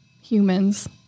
humans